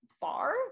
far